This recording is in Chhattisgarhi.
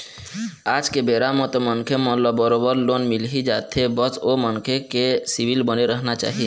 आज के बेरा म तो मनखे मन ल बरोबर लोन मिलही जाथे बस ओ मनखे के सिविल बने रहना चाही